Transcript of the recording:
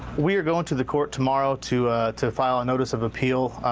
we're going to the courts tomorrow to to fight a notice of appeal.